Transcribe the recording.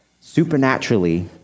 supernaturally